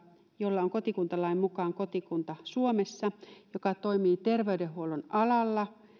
jolla on kotikuntalain mukaan kotikunta suomessa joka toimii terveydenhuollon alalla